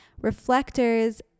Reflectors